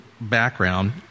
background